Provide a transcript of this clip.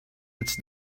its